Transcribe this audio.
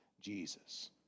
Jesus